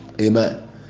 Amen